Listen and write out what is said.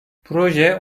proje